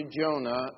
Jonah